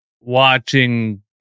watching